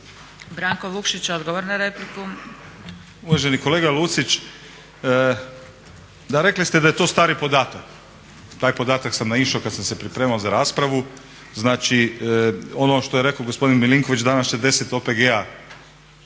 Branko (Nezavisni)** Uvaženi kolega Lucić da rekli ste da je to stari podatak. Na taj podatak sam naišao kada sam se pripremao za raspravu, znači ono što je rekao gospodin Milinković, danas će 10 OPG-a